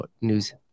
news